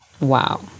Wow